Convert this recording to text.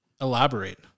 Elaborate